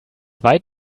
weit